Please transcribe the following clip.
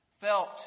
Felt